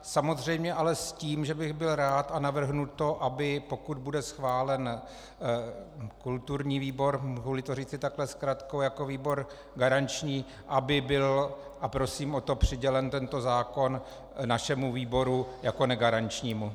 Samozřejmě ale s tím, že bych byl rád a navrhnu to, aby pokud bude schválen kulturní výbor, mohuli to říci takto zkratkou, jako výbor garanční, aby byl, a prosím o to, přidělen tento zákon našemu výboru jako negarančnímu.